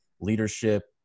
leadership